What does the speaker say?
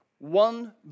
One